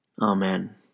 Amen